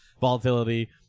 Volatility